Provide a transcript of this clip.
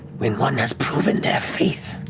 when one has proven their faith